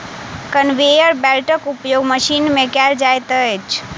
conveyor बेल्टक उपयोग machine मे कयल जाइत अछि